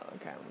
Okay